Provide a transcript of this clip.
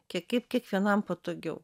kaip kiekvienam patogiau